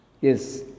Yes